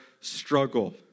struggle